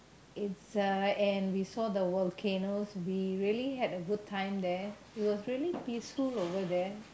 it's a and we saw the volcanos we really had a good time there it was really peaceful over there